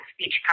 speech